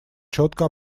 четко